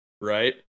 right